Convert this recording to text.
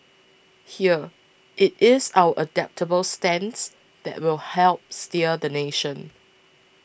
here it is our adaptable stance that will help steer the nation